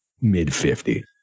mid-fifties